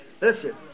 Listen